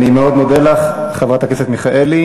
אני מאוד מודה לך, חברת הכנסת מיכאלי.